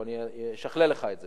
אבל אני אשכלל לך את זה,